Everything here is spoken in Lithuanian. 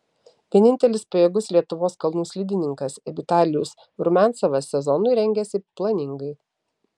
vienintelis pajėgus lietuvos kalnų slidininkas vitalijus rumiancevas sezonui rengiasi planingai